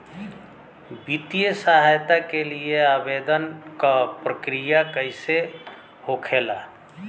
वित्तीय सहायता के लिए आवेदन क प्रक्रिया कैसे होखेला?